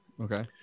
okay